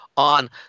on